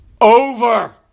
over